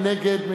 מי נגד?